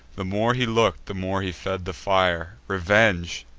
the more he look'd, the more he fed the fire revenge,